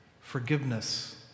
forgiveness